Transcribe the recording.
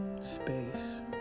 space